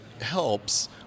helps